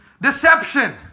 Deception